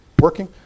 working